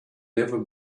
never